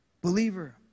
Believer